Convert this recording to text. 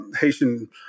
Haitian